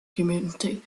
community